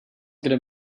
gotta